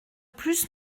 plus